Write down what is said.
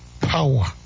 power